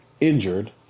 injured